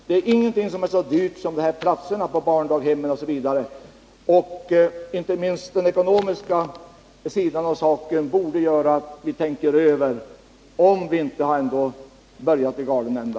Det är ingenting som är så dyrt som dessa platser på barndaghem m.m. Inte minst den ekonomiska sidan av saken borde göra att vi tänker över om vi inte har börjat i galen ända.